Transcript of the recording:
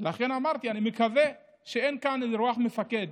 לכן אמרתי, אני מקווה שאין כאן איזה רוח מפקד